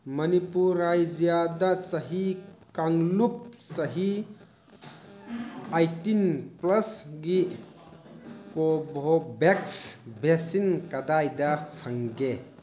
ꯃꯅꯤꯄꯨꯔ ꯔꯥꯖ꯭ꯌꯗ ꯆꯍꯤ ꯀꯥꯡꯂꯨꯞ ꯆꯍꯤ ꯑꯥꯏꯇꯤꯟ ꯄ꯭ꯂꯁ ꯒꯤ ꯀꯣꯚꯣꯚꯦꯛꯁ ꯚꯦꯛꯁꯤꯟ ꯀꯗꯥꯏꯗ ꯐꯪꯒꯦ